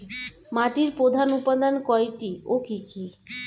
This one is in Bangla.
মাটির প্রধান উপাদান কয়টি ও কি কি?